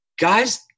guys